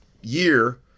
year